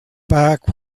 back